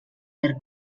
per